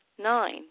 Nine